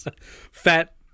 fat